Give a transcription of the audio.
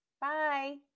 Bye